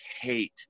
hate